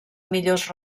millors